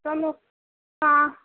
चलो हाँ